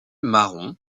marron